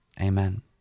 Amen